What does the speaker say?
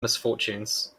misfortunes